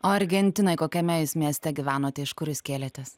o argentinoj kokiame mieste gyvenote iš kur jūs kėlėtės